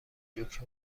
جوک